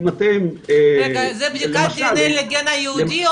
רגע זה בדיקת דנ”א לגן היהודי?